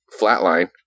Flatline